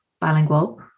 bilingual